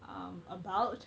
um about